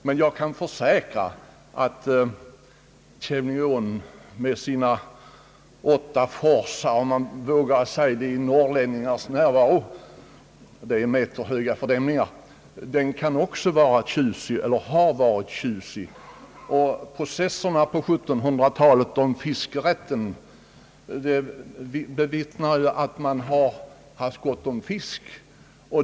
Men jag kan försäkra att Kävlingeån med sina åtta forsar, om man vågar kalla dem så i norrlänningars närvaro — det är meterhöga fördämningar — också kan vara tjusig eller har varit tjusig. Och processerna på 1700-talet om fiskerätten vittnar om att det funnits gott om fisk i ån.